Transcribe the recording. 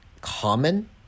common